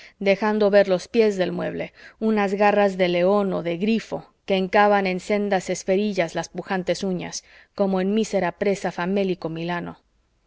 dejando ver los pies del mueble unas garras de león o de grifo que hincaban en sendas esferillas las pujantes uñas como en mísera presa famélico milano